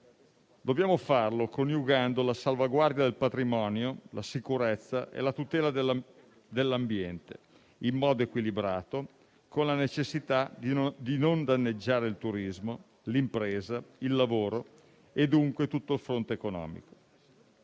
Dobbiamo farlo coniugando la salvaguardia del patrimonio, la sicurezza e la tutela dell'ambiente in modo equilibrato con la necessità di non danneggiare il turismo, l'impresa, il lavoro e, dunque, tutto il fronte economico.